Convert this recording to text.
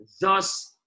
thus